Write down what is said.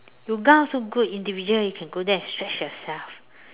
yoga also good individual you can go there and stretch yourself